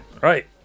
right